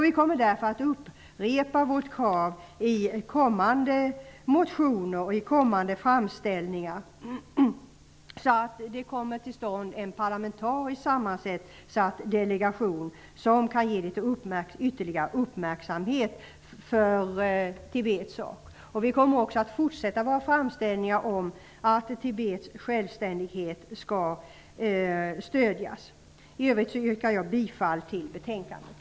Vi kommer därför att upprepa vårt krav i kommande motioner och i kommande framställningar, så att det kommer till stånd en parlamentariskt sammansatt delegation som kan ge litet ytterligare uppmärksamhet för Tibets sak. Vi kommer också att fortsätta med våra framställningar om att Tibets självständighet skall stödjas. I övrigt yrkar bifall till utskottets hemställan.